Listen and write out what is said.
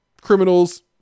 criminals